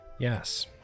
Yes